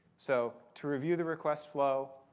so to review the request flow,